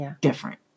different